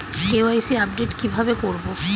KYC update কি ভাবে করবো?